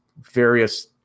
various